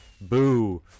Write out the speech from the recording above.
Boo